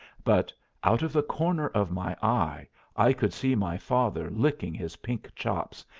but out of the corner of my eye i could see my father licking his pink chops,